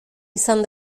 izan